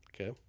Okay